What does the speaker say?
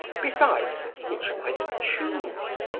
besides, which am i to choose?